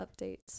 updates